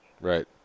right